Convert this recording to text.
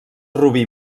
rubí